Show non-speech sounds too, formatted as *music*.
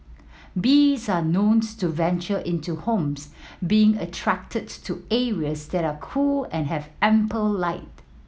bees are known *unintelligible* to venture into homes being attracted to areas that are cool and have ample light